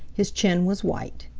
his chin was white.